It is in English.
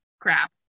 crap